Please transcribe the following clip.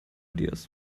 dears